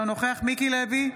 אינו נוכח מיקי לוי,